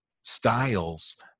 styles